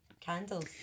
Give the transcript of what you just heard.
candles